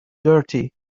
dirty